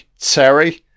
Terry